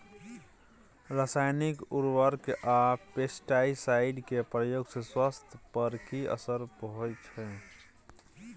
रसायनिक उर्वरक आ पेस्टिसाइड के प्रयोग से स्वास्थ्य पर कि असर होए छै?